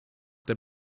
der